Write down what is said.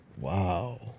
Wow